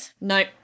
No